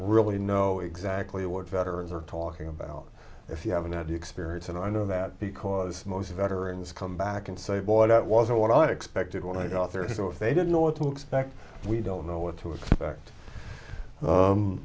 really know exactly what veterans are talking about if you haven't had the experience and i know that because most veterans come back and say boy that was what i expected when i got there so if they didn't know what to expect we don't know what to expect